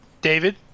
David